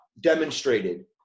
demonstrated